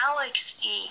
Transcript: galaxy